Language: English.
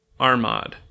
Armad